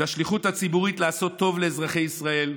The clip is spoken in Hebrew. בשליחות הציבורית לעשות טוב לאזרחי ישראל,